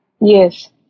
Yes